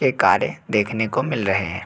यह कार्य देखने को मिल रहे हैं